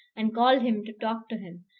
and called him to talk to him,